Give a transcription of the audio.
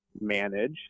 manage